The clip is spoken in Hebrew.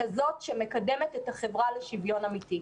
חשיבה שמקדמת את החברה לשוויון אמיתי.